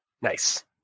Nice